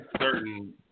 certain